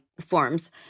forms